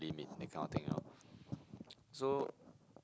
limit that kind of thing you know so